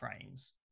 frames